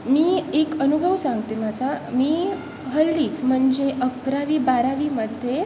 मी एक अनुभव सांगते माझा मी हल्लीच म्हणजे अकरावी बारावीमध्ये